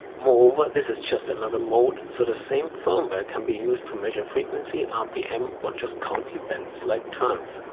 moreover, this is just another mode, so the same firmware can be used to measure frequency, rpm or just count events, like turns.